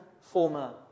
former